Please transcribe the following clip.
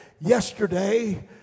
yesterday